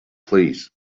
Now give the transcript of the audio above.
please